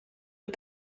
les